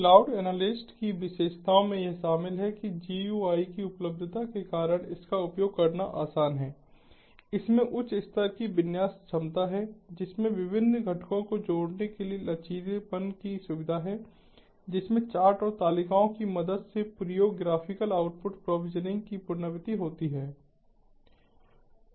cloud analyst की विशेषताओं में यह शामिल है कि GUI की उपलब्धता के कारण इसका उपयोग करना आसान है इसमें उच्च स्तर की विन्यास क्षमता है इसमें विभिन्न घटकों को जोड़ने के लचीलेपन की सुविधा है जिसमें चार्ट और तालिकाओं की मदद से प्रयोग ग्राफिकल आउटपुट प्रोविजनिंग की पुनरावृत्ति होती है